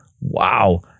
Wow